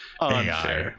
AI